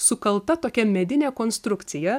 sukalta tokia medinė konstrukcija